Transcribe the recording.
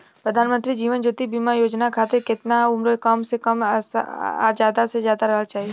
प्रधानमंत्री जीवन ज्योती बीमा योजना खातिर केतना उम्र कम से कम आ ज्यादा से ज्यादा रहल चाहि?